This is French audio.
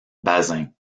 bazin